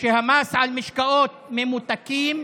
שהמס על משקאות ממותקים,